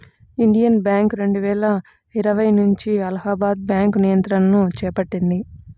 Indian bank రెండువేల ఇరవై నుంచి అలహాబాద్ బ్యాంకు నియంత్రణను చేపట్టింది